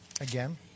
Again